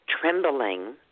trembling